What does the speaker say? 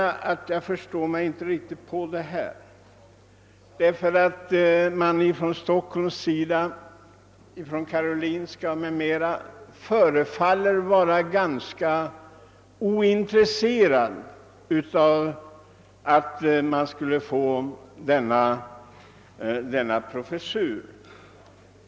Jag förstår inte att Stockholms stad och Karolinska sjukhuset förefaller vara ointresserade av den föreslagna professuren.